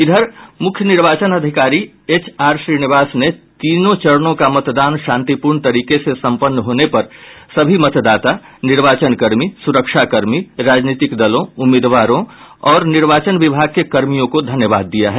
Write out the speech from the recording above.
इधर मुख्य निर्वाचन अधिकारी एच आर श्रीनिवास ने तीनों चरणों का मतदान शांतिपूर्ण तरीके से संपन्न होने पर सभी मतदाता निर्वाचनकर्मी सुरक्षाकर्मी राजनीतिक दलों उम्मीदवारों और निर्वाचन विभाग के कर्मियों को धन्यवाद दिया है